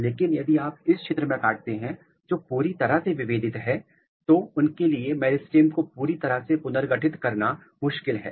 लेकिन यदि आप उस क्षेत्र मे काटते हैं जो पूरी तरह से विभेदित है तो उनके लिए मेरिस्टेम को पूरी तरह से पुनर्गठित करना मुश्किल है